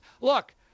look